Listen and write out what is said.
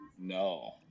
No